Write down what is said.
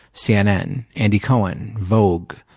cnn, andy cohen, vogue,